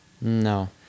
No